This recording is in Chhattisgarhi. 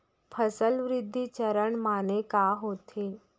फसल वृद्धि चरण माने का होथे?